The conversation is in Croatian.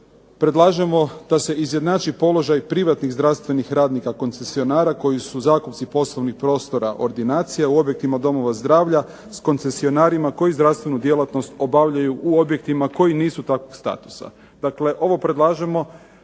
predlažemo da se izjednači položaj privatnih zdravstvenih radnika koncesionara koji su zakupci poslovnih prostora ordinacija, u objektima domova zdravlja s koncesionarima koji zdravstvenu djelatnost obavljaju u objektima koji nisu takvog statusa. Dakle, ovo predlažemo